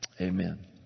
amen